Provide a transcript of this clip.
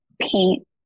paint